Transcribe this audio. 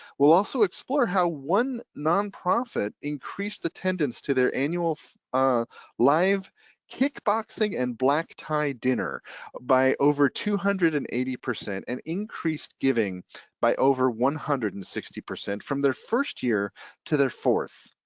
we'll also explore how one nonprofit increased attendance to their annual live kickboxing and black tie dinner by over two hundred and eighty percent and increased giving by over one hundred and sixty percent from their first year to their fourth,